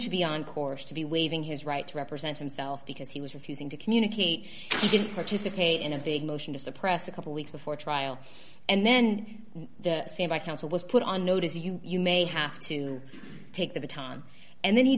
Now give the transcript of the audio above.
to be on course to be waiving his right to represent himself because he was refusing to communicate he didn't participate in a big motion to suppress a couple weeks before trial and then the scene by counsel was put on notice you you may have to take the baton and then he